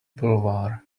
boulevard